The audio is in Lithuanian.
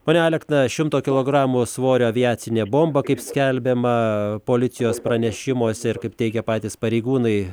pone alekna šimto kologramų svorio aviacinė bomba kaip skelbiama policijos pranešimuose ir kaip teigia patys pareigūnai